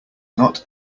not